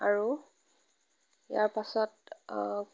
আৰু ইয়াৰ পাছত